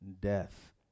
death